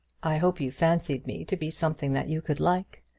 i hope you fancied me to be something that you could like.